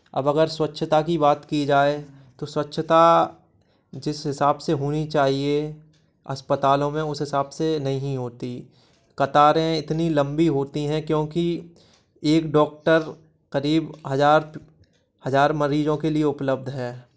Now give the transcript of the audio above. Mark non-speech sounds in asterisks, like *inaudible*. अब अगर स्वच्छता की बात की जाए तो स्वच्छता जिस हिसाब से होनी चाहिए अस्पतालों में उस हिसाब से नहीं होती कतारें इतनी लंबी होती हैं क्योंकि एक डॉक्टर करीब हज़ार *unintelligible* हज़ार मरीजों के लिए उपलब्ध है